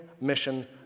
mission